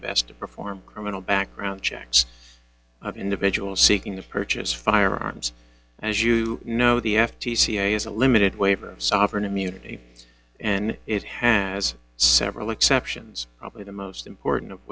best to perform criminal background checks of individual seeking to purchase firearms and as you know the f t c has a limited waiver sovereign immunity and it has several exceptions probably the most important of